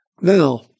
Now